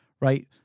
right